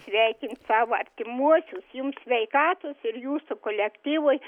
sveikint savo artimuosius jums sveikatos ir jūsų kolektyvui